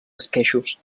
esqueixos